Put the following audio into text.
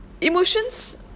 Emotions